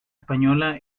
española